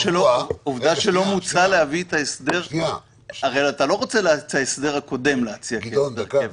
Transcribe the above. אתה לא רוצה את ההסדר הקודם להציע כהסדר קבע.